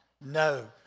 No